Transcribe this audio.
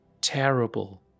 terrible